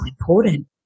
important